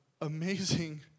Amazing